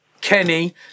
Kenny